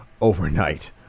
overnight